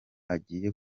agiye